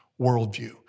worldview